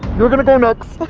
you're gonna go next!